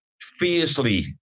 fiercely